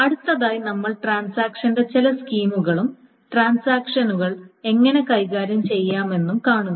അടുത്തതായി നമ്മൾ ട്രാൻസാക്ഷന്റെ ചില സ്കീമുകളും ട്രാൻസാക്ഷനുകൾ എങ്ങനെ കൈകാര്യം ചെയ്യാമെന്ന് കാണുന്നു